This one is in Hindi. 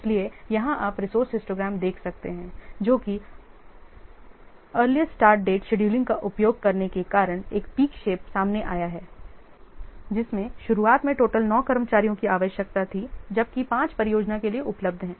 इसलिए यहां आप रिसोर्स हिस्टोग्राम देख सकते हैं जोकि अर्लीस्ट स्टार्ट डेट शेड्यूलिंग का उपयोग करने के कारण एक पीक शेप सामने आया है जिसमें शुरुआत में टोटल 9 कर्मचारियों की आवश्यकता थी जबकि 5 परियोजना के लिए उपलब्ध हैं